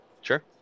Sure